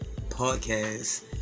podcast